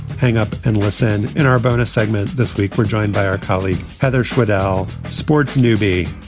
hang up and listen in our bonus segment. this week we're joined by our colleague heather schwed, our sports newbie,